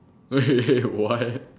oh wait wait what